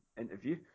interview